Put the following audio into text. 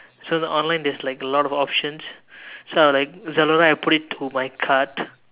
so the online there's like a lot of options so I'll like Zalora I'll put it to my cart